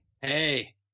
Hey